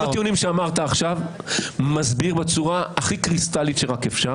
עולם הטיעונים שאמרת עכשיו מסביר בצורה הכי קריסטלית שרק אפשר